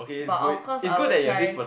but of course I will try